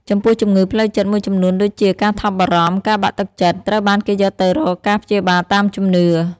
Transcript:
ចំពោះជំងឺផ្លូវចិត្តមួយចំនួនដូចជា ការថប់បារម្ភ ការបាក់ទឹកចិត្ត ត្រូវបានគេយកទៅរកការព្យាបាលតាមជំនឿ។